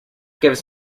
gives